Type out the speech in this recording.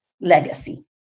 legacy